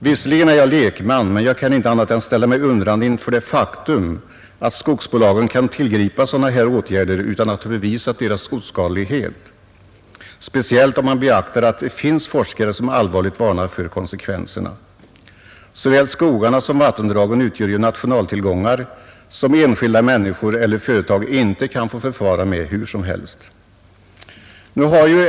Visserligen är jag lekman men jag kan inte annat än ställa mig undrande inför det faktum att skogsbolagen kan tillgripa sådana här åtgärder utan att ha bevisat deras oskadlighet. Speciellt om man beaktar att det finns forskare som allvarligt varnar för konsekvenserna. Såväl skogarna som vattendragen utgör ju nationaltillgångar som enskilda människor eller företag inte kan få förfara med hur som helst.